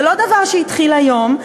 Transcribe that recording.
זה לא דבר שהתחיל היום.